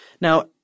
Now